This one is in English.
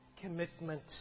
commitment